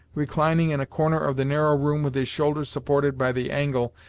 reclining in a corner of the narrow room with his shoulders supported by the angle,